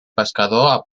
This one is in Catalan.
pescador